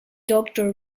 doctor